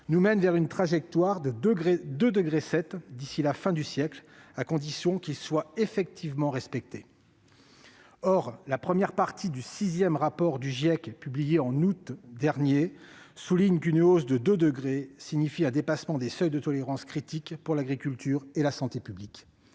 -nous mène vers une trajectoire de 2,7 degrés Celsius d'ici à la fin du siècle, à condition qu'ils soient effectivement respectés. Or la première partie du sixième rapport d'évaluation du GIEC publié en août dernier souligne qu'une hausse de 2 degrés signifie un dépassement des seuils de tolérance critiques pour l'agriculture et la santé publique.